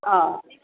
आ